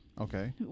Okay